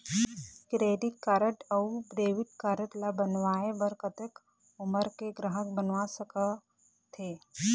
Credit card अऊ debit card ला बनवाए बर कतक उमर के ग्राहक बनवा सका थे?